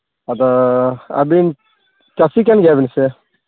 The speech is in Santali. ᱟᱫᱚ ᱟᱹᱵᱤᱱ ᱪᱟᱹᱥᱤ ᱠᱟᱱ ᱜᱮᱭᱟᱵᱤᱱ ᱥᱮ